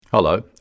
Hello